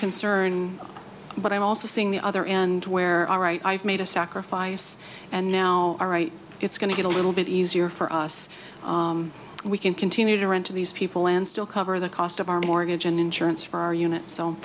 concern but i'm also seeing the other and where all right i've made a sacrifice and now all right it's going to get a little bit easier for us we can continue to rent to these people and still cover the cost of our mortgage and insurance for our unit so